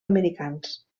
americans